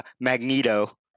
Magneto